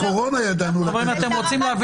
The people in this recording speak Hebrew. זה קרה לנו